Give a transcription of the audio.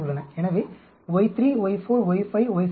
எனவே y3 y4 y5 y6 ÷ 4